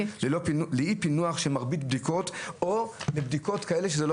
לאי פענוח של מרבית הבדיקות או לבדיקות כאלה שזה לא